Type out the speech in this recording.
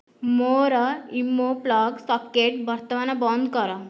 ମୋର Wemo plug socket ବର୍ତ୍ତମାନ ବନ୍ଦ କର